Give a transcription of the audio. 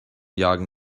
jagen